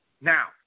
Now